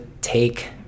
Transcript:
take